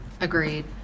Agreed